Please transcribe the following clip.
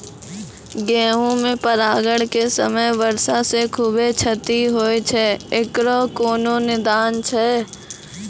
गेहूँ मे परागण के समय वर्षा से खुबे क्षति होय छैय इकरो कोनो निदान छै?